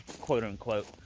quote-unquote